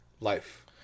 life